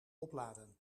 opladen